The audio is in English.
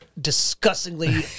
disgustingly